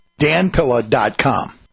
danpilla.com